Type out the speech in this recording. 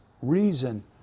reason